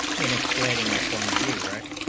in explaining my point of you read